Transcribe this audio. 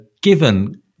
given